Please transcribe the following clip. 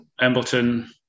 Embleton